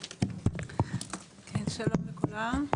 שלום לכולם,